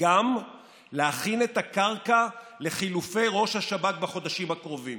וגם להכין את הקרקע לחילופי ראש השב"כ בחודשים הקרובים.